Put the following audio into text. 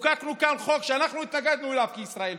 חוקקנו כאן חוק שאנחנו התנגדנו אליו בישראל ביתנו,